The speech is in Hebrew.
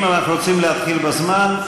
חברים, אנחנו רוצים להתחיל בזמן.